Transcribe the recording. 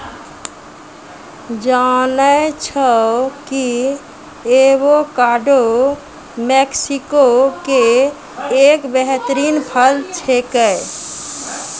जानै छौ कि एवोकाडो मैक्सिको के एक बेहतरीन फल छेकै